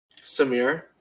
Samir